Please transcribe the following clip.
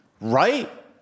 Right